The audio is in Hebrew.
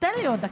תן לי עוד דקה.